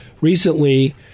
recently